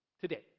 today